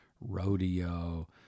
Rodeo